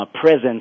presence